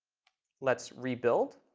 let's rebuild.